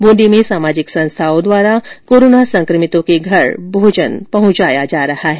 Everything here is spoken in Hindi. ब्रंदी में सामाजिक संस्थाओं द्वारा कोरोना संक्रमितों के घर भोजन उपलब्ध करवाया जा रहा है